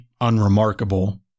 unremarkable